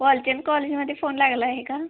वॉलचंद कॉलेजमध्ये फोन लागला आहे का